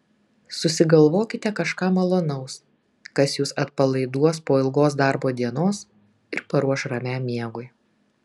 susigalvokite kažką malonaus kas jus atpalaiduos po ilgos darbo dienos ir paruoš ramiam miegui